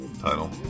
title